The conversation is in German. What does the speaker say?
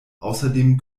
außerdem